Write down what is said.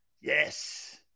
Yes